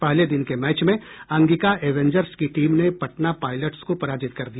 पहले दिन के मैच में अंगिका एवेंजर्स की टीम ने पटना पायलट्स को पराजित कर दिया